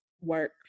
work